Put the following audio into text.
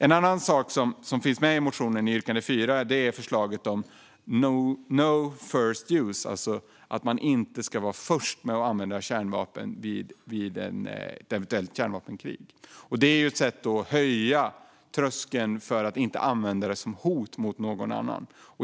En annan sak som finns med i motionen, i yrkande 4, är förslaget om no first use, alltså att man inte ska vara först med att använda kärnvapen vid ett eventuellt kärnvapenkrig. Det är ett sätt att höja tröskeln mot att använda det som hot mot någon annan.